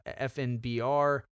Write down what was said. FNBR